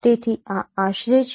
તેથી આ આશરે છે